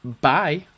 bye